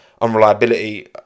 unreliability